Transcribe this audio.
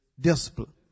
Discipline